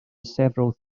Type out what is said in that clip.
several